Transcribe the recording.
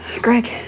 Greg